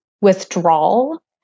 withdrawal